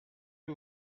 que